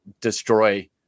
destroy